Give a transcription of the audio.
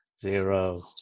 Zero